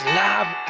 love